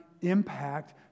impact